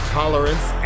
tolerance